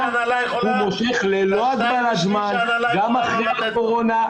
הוא מושך ללא הגבלת זמן גם אחרי הקורונה,